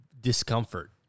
Discomfort